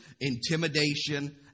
intimidation